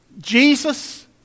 Jesus